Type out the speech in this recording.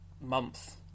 month